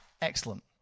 Excellent